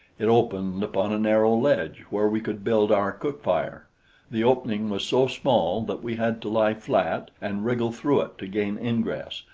it opened upon a narrow ledge where we could build our cook-fire the opening was so small that we had to lie flat and wriggle through it to gain ingress,